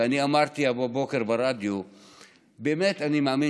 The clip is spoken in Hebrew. ואני אמרתי הבוקר ברדיו שבאמת אני מאמין